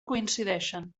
coincideixen